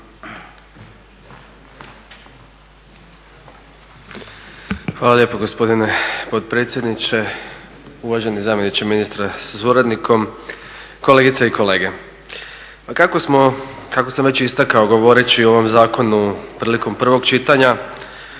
Hvala lijepo gospodine potpredsjedniče. Uvaženi zamjeniče ministra sa suradnikom, kolegice i kolege. Pa kako sam istakao govoreći o ovom zakonu prilikom prvog čitanja,